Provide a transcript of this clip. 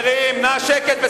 נא שקט.